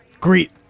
greet